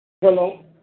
Hello